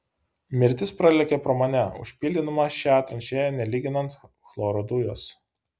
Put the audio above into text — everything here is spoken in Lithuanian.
mirtis pralėkė pro mane užpildydama šią tranšėją nelyginant chloro dujos